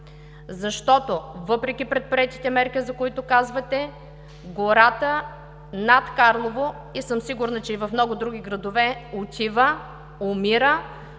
Защото въпреки предприетите мерки, за които казвате, гората над Карлово, а съм сигурна и, че в много други градове отива, умира,